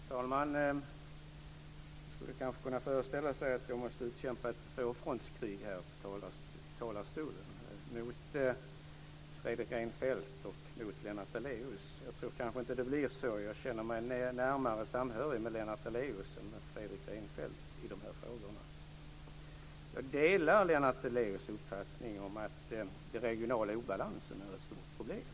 Fru talman! Man skulle kanske kunna föreställa sig att jag måste utkämpa ett tvåfrontskrig här, mot Fredrik Reinfeldt och mot Lennart Daléus. Men jag tror inte att det blir så. Jag känner större samhörighet med Lennart Daléus än med Fredrik Reinfeldt i dessa frågor. Jag delar Lennart Daléus uppfattning om att den regionala obalansen är ett stort problem.